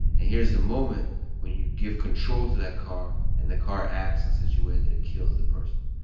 and here is the moment when you give control to that car and the car acts in such a way that it kills the person.